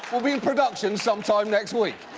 will be in production some time next week.